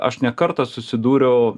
aš ne kartą susidūriau